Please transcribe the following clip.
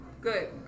Good